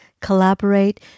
collaborate